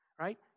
right